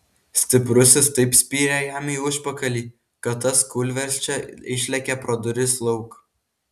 stiprusis taip spyrė jam į užpakalį kad tas kūlversčia išlėkė pro duris lauk